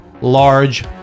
large